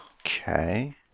Okay